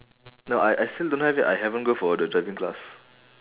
no I I still don't have yet I haven't go for the driving class